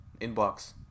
inbox